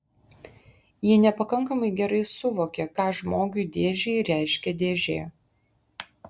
ji nepakankamai gerai suvokia ką žmogui dėžei reiškia dėžė